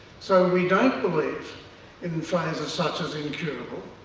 so we don't believe in phrases such as incurable,